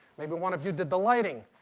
maybe one of you did the lighting.